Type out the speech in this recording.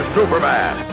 Superman